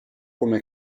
come